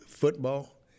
Football